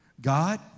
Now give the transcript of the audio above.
God